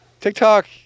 TikTok